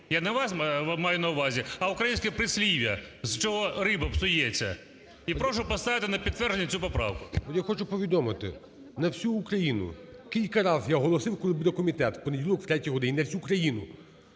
Я не вас маю на увазі, а українське прислів'я, з чого риба псується. І прошу поставити на підтвердження цю поправку. ГОЛОВУЮЧИЙ. Я хочу повідомити на всю Україну. Кілька раз я оголосив, коли буде комітет – в понеділок о третій годині – на всю країну.